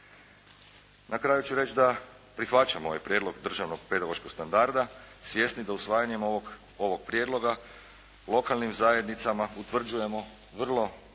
Na kraju ću reći da prihvaćam ovaj prijedlog državnog pedagoškog standarda svjesni da usvajanjem ovog prijedloga lokalnim zajednicama utvrđujemo vrlo